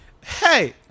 Hey